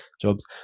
jobs